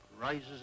rises